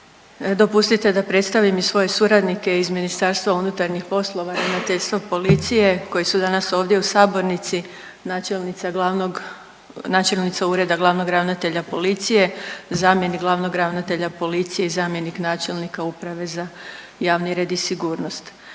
dopustite da predstavim i svoje suradnike iz MUP Ravnateljstvo policije koji su danas ovdje u sabornici, načelnica glavnog, načelnica Ureda glavnog ravnatelja policije, zamjenik glavnog ravnatelja policije i zamjenik načelnik Uprave za javni red i sigurnost.